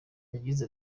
yagize